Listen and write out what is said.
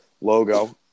logo